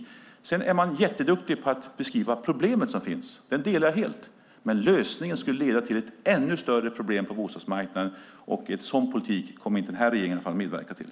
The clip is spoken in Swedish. Vänsterpartiet är jätteduktigt på att beskriva det problem som finns, och jag delar helt denna beskrivning, men lösningen skulle leda till ett ännu större problem på bostadsmarknaden. En sådan politik kommer denna regering inte att medverka till.